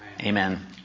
Amen